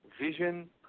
vision